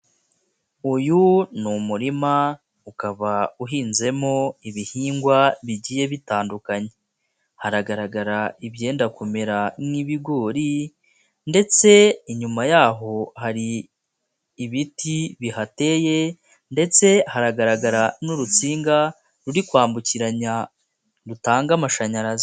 Uyu ni umurima ukaba uhinzemo ibihingwa bigiye bitandukanye, haragaragara ibyenda kumera nk'ibigori ndetse inyuma y'aho hari ibiti bihateye ndetse haragaragara n'urutsinga ruri kwambukiranya rutanga amashanyarazi.